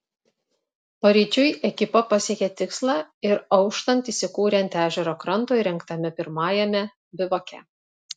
paryčiui ekipa pasiekė tikslą ir auštant įsikūrė ant ežero kranto įrengtame pirmajame bivake